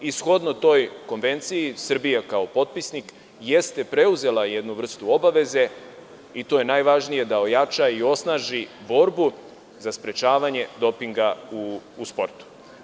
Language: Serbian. Shodno toj konvenciji, Srbija je kao potpisnik preuzela jednu vrstu obaveze i to je najvažnije, da ojača, osnaži borbu za sprečavanje dopinga u sportu.